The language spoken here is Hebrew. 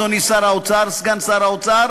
אדוני סגן שר האוצר,